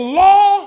law